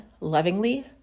lovingly